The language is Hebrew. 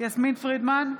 יסמין פרידמן,